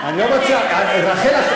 רחל,